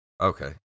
Okay